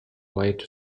white